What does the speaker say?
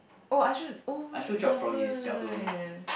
oh Ashrul oh double